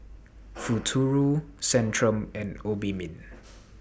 Futuro Centrum and Obimin